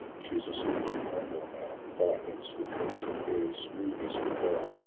she is asleep in cornwall now, far hence her dreams are fair a smooth is her brow.